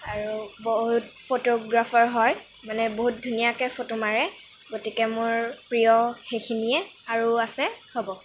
আৰু বহুত ফটোগ্ৰাফাৰ হয় মানে বহুত ধুনীয়াকৈ ফটো মাৰে গতিকে মোৰ প্ৰিয় সেইখিনিয়েই আৰু আছে হ'ব